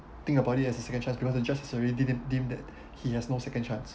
think about it as a second chance because the judge has already deem that he has no second chance